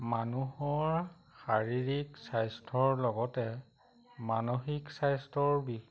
মানুহৰ শাৰীৰিক স্বাস্থ্যৰ লগতে মানসিক স্বাস্থ্যৰ বিষয়ে